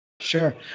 Sure